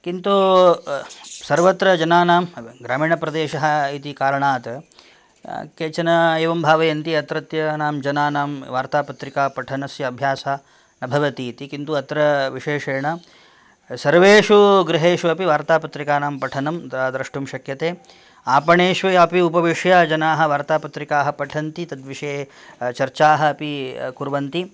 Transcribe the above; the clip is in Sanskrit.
किन्तु सर्वत्र जनानां ग्रामीणप्रदेशः इति कारणात् केचन एवं भावयन्ति अत्रत्यानां जनानां वार्तापत्रिकापठनस्य अभ्यासः न भवति इति किन्तु अत्र विशेषेण सर्वेषु गृहेषु अपि वार्तापत्रिकानां पठनं द द्रष्टुं शक्यते आपणेषु अपि उपविश्य जनाः वार्तापत्रिकाः पठन्ति तद्विषये चर्चाः अपि कुर्वन्ति